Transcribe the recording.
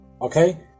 okay